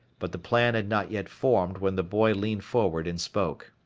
but the plan had not yet formed when the boy leaned forward and spoke.